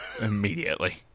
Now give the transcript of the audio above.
Immediately